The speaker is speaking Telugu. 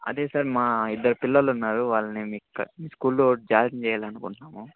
అదే సార్ మా ఇద్దరు పిల్లలున్నారు వాళ్ళని మీ మీ స్కూల్లో జాయిన్ చేయాలనుకుంటున్నాము